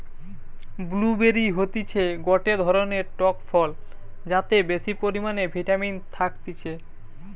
blue বেরি হতিছে গটে ধরণের টক ফল যাতে বেশি পরিমানে ভিটামিন থাকতিছে